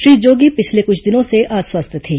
श्री जोगी पिछले कुछ दिनों से अस्वस्थ थे